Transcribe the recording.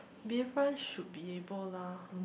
Bayfront should be able lah